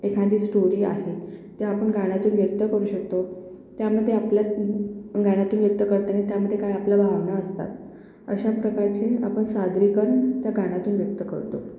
एखादी स्टोरी आहे ती आपण गाण्यातून व्यक्त करू शकतो त्यामध्ये आपल्यात गाण्यातून व्यक्त करताना त्यामध्ये काय आपल्या भावना असतात अशा प्रकारची आपण सादरीकरण त्या गाण्यातून व्यक्त करतो